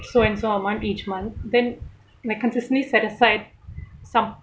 so and so amount each month then like consistently set aside some